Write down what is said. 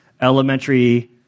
elementary